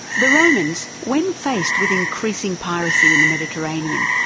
the romans, when faced with increasing piracy in the mediterranean,